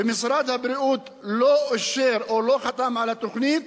ומשרד הבריאות לא אישר או לא חתם על התוכנית,